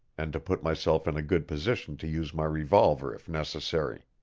and to put myself in a good position to use my revolver if necessary.